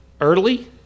early